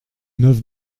neuve